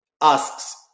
asks